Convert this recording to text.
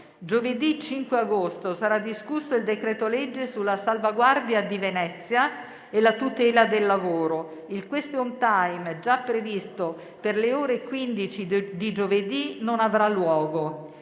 Giovedì 5 agosto sarà discusso il decreto-legge sulla salvaguardia di Venezia e la tutela del lavoro. Il *question time* già previsto per le ore 15 di giovedì non avrà luogo.